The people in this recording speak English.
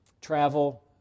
travel